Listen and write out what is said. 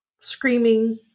screaming